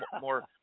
more